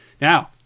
Now